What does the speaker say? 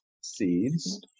seeds